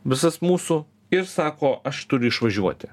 visas mūsų ir sako aš turiu išvažiuoti